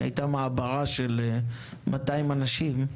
שהייתה מעברה של 200 אנשים,